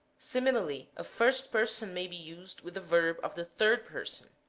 similarly a first person may be used with a verb of the third person